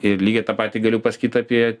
ir lygiai tą patį galiu pasakyt apie